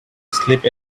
sleep